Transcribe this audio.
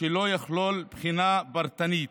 שלא יכלול בחינה פרטנית,